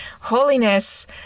holiness